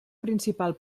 principal